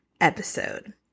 episode